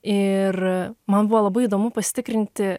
ir man buvo labai įdomu pasitikrinti